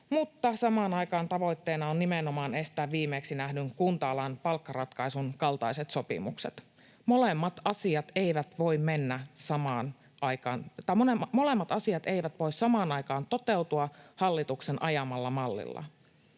mutta samaan aikaan tavoitteena on nimenomaan estää viimeksi nähdyn kunta-alan palkkaratkaisun kaltaiset sopimukset. Molemmat asiat eivät voi samaan aikaan toteutua hallituksen ajamalla mallilla.